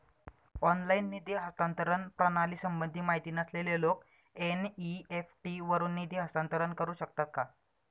Online निधी हस्तांतरण प्रणालीसंबंधी माहिती नसलेले लोक एन.इ.एफ.टी वरून निधी हस्तांतरण करू शकतात का?